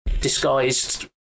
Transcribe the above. disguised